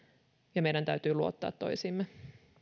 ja meidän täytyy luottaa toisiimme